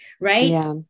Right